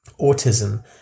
autism